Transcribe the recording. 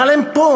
אבל הם פה,